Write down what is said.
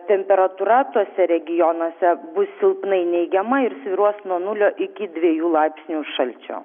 temperatūra tuose regionuose bus silpnai neigiama ir svyruos nuo nulio iki dviejų laipsnių šalčio